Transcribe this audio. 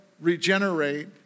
Regenerate